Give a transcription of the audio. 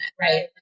right